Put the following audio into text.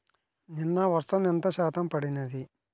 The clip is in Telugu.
నిన్న వర్షము ఎంత శాతము పడినది?